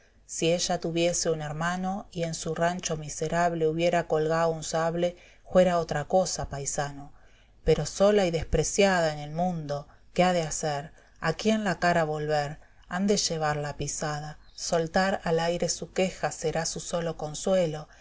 si ella tuviese un hermano y en su rancho miserable hubiera colgao un sable juera otra cosa paisano pero sola y despreciada en el mundo qué ha de hacer a quién la cara volver ande llevar la pisada e del campo soltar al aire su queja será su solo consuelo